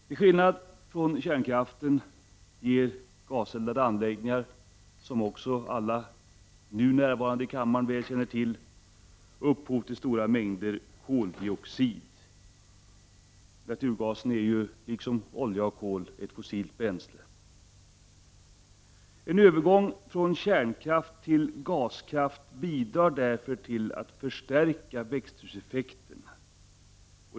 Till skillnad från kärnkraften ger gaseldade anläggningar, som också alla nu närvarande i kammaren väl känner till, upphov till stora mängder koldioxid. Naturgasen är, liksom olja och kol, ett fossilt bränsle. En övergång från kärnkraft till gaskraft bidrar därför till att förstärka växthuseffekten.